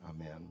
Amen